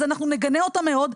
אז אנחנו נגנה אותה מאוד,